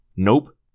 Nope